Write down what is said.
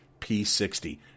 P60